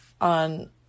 on